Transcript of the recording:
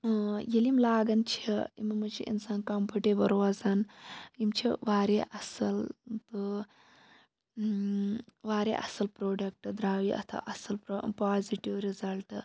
ییٚلہِ یِم لاگَن چھِ یِمَن منٛز چھِ اِنسان کَمفٲٹیبٕل روزان یِم چھِ واریاہ اَصٕل تہٕ واریاہ اَصٕل پرٛوڈَکٹ درٛاو یہِ اَتھ آو اَصٕل پازِٹِو رِزَلٹ